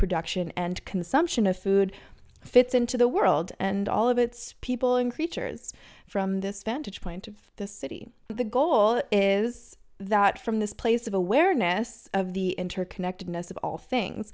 production and consumption of food fits into the world and all of its people and creatures from this vantage point of the city the goal is that from this place of awareness of the interconnectedness of all things